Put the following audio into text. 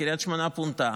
קריית שמונה פונתה.